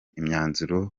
imyanzuro